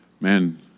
man